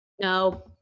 no